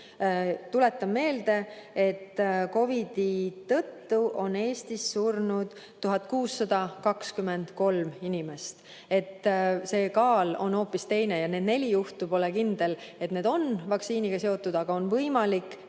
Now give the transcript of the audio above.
Tuletan meelde, et COVID‑i tõttu on Eestis surnud 1623 inimest. See osakaal on hoopis teine. Ja need neli juhtu – pole kindel, et need on vaktsiiniga seotud, aga see on võimalik